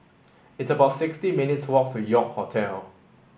it's about sixty minutes' walk to York Hotel